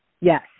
yes